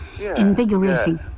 invigorating